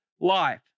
life